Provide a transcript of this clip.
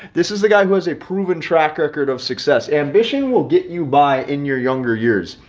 this is a guy who has a proven track record of success. ambition will get you by in your younger years,